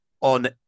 on